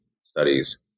studies